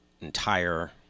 entire